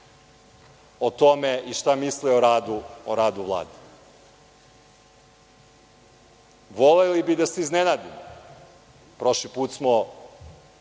o tome i šta misle o radu Vlade. Voleli bi da se iznenadimo, prošli put smo